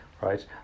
Right